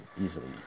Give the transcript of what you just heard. easily